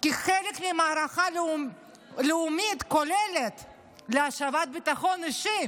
כחלק ממערכה לאומית כוללת להשבת הביטחון האישי